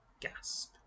gasp